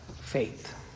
faith